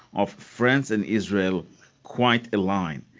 of france and israel quite aligned,